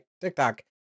TikTok